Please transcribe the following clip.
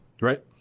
Right